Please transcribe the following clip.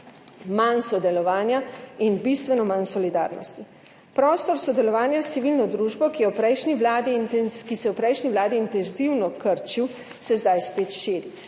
manj sodelovanja in bistveno manj solidarnosti. Prostor sodelovanja s civilno družbo, ki se je v prejšnji vladi intenzivno krčil, se zdaj spet širi.